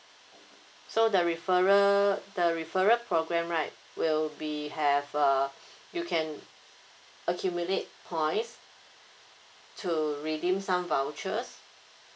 so the referral the referral program right will be have uh you can accumulate points to redeem some vouchers